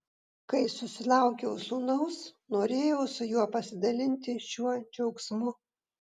kai susilaukiau sūnaus norėjau su juo pasidalinti šiuo džiaugsmu